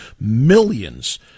millions